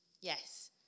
Yes